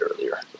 earlier